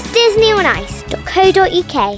disneyonice.co.uk